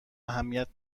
اهمیت